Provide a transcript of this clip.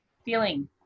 feeling